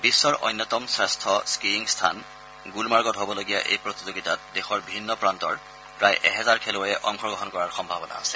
বিশ্বৰ অন্যতম শ্ৰেষ্ঠ স্থিয়িং স্থান গুলমাৰ্গত হবলগীয়া এই প্ৰতিযোগিতাত দেশৰ ভিন্ন প্ৰান্তৰ প্ৰায় এহেজাৰ খেলুৱৈয়ে অংশগ্ৰহণ কৰাৰ সম্ভাৱনা আছে